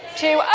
two